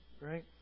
Right